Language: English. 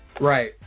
Right